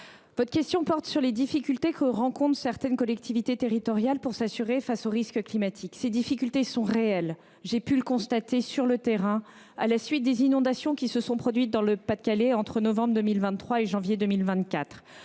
votre question porte sur les difficultés que rencontrent certaines collectivités territoriales pour s’assurer face aux risques climatiques. Ces difficultés sont réelles ; j’ai pu le constater sur le terrain à la suite des inondations qui se sont produites dans le Pas de Calais entre novembre 2023 et janvier 2024.